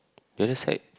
the other side